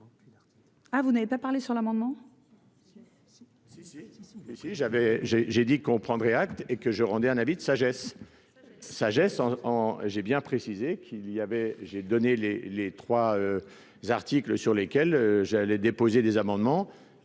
ah, vous n'avez pas parlé sur l'amendement